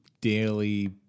daily